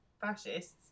fascists